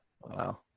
Wow